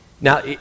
Now